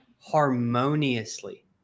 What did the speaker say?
harmoniously